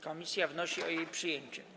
Komisja wnosi o jej przyjęcie.